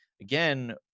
again